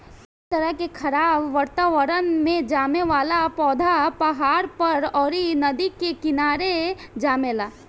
ए तरह के खराब वातावरण में जामे वाला पौधा पहाड़ पर, अउरी नदी के किनारे जामेला